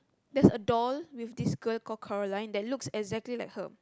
there's a door with this girl call Caroline that looks exactly like her